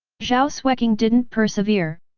zhao xueqing didn't persevere,